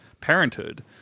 parenthood